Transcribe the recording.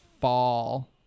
fall